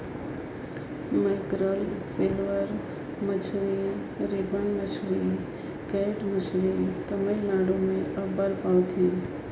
mackerel, silver मछरी, ribbon मछरी, cat मछरी तमिलनाडु में अब्बड़ पवाथे